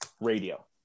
Radio